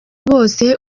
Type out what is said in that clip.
bose